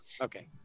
Okay